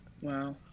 Wow